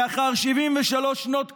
לאחר 73 שנות תקומה,